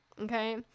okay